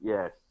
Yes